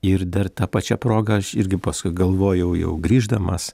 ir dar ta pačia proga aš irgi paskui galvojau jau grįždamas